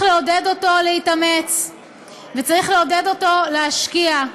לעודד אותו להתאמץ וצריך לעודד אותו להשקיע,